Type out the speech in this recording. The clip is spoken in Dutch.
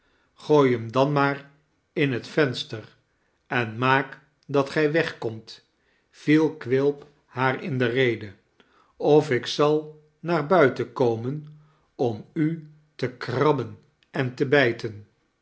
gooi hem dan maar in het venster en maak dat gij wegkomt viel quilp haar in de rede of ik zal naar buiten komen om u te krabben en te bijten